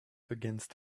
against